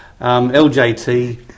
LJT